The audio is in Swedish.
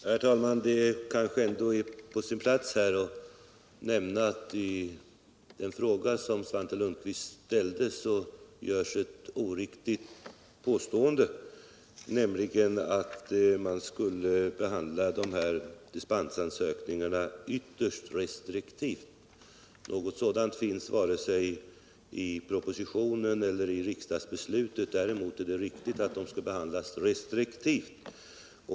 Herr talman! Det är kanske på sin plats att nämna att i den fråga som Svante Lundkvist ställt görs ett oriktigt påstående, nämligen att dispensansökningarna skulle behandlas viterst restriktivt. Något sådant finns varken i proposttionen eller i riksdagsbeslutet. Däremot är det riktigt att ansökningarna skall behandlas restriktivt.